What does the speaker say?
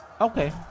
Okay